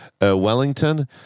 Wellington